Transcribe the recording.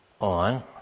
on